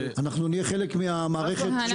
אנחנו נהיה חלק מהמערכת שתבקר.